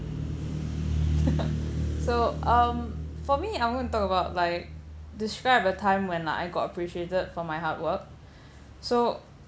so um for me I want to talk about like describe a time when I got appreciated for my hard work so